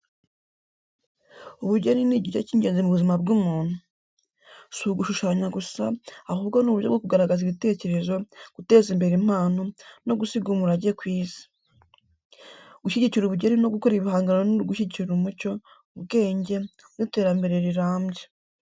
Ubugeni ni igice cy’ingenzi mu buzima bw’umuntu. Si ugushushanya gusa, ahubwo ni uburyo bwo kugaragaza ibitekerezo, guteza imbere impano, no gusiga umurage ku isi. Gushyigikira ubugeni no gukora ibihangano ni ugushyigikira umuco, ubwenge, n’iterambere rirambye.